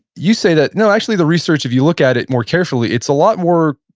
you say that, no, actually, the research, if you look at it more carefully, it's a lot more,